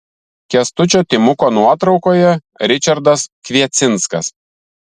kęstučio timuko nuotraukoje ričardas kviecinskas